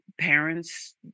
parents